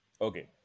Okay